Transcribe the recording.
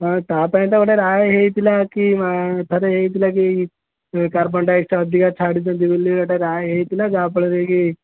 ହଁ ତା'ପାଇଁ ତ ଗୋଟେ ରାୟ ହେଇଥିଲା କି ଥରେ ହେଇଥିଲା କି କାର୍ବନ୍ ଡ଼ାଇଅକ୍ସସାଇଡ଼୍ ଅଧିକା ଛାଡ଼ିଥାନ୍ତି ବୋଲି ଗୋଟେ ରାୟ ହେଇଥିଲା ଯାହାଫଳରେ କି